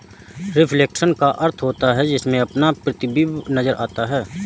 reflection का अर्थ होता है जिसमें अपना प्रतिबिंब नजर आता है